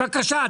בבקשה,